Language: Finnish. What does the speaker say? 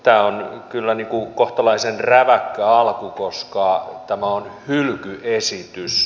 tämä on kyllä kohtalaisen räväkkä alku koska tämä on hylkyesitys